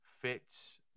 fits